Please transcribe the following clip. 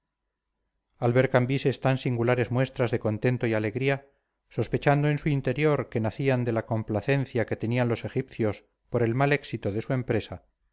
al ver cambises tan singulares muestras de contento y alegría sospechando en su interior que nacían de la complacencia que tenían los egipcios por el mal éxito de su empresa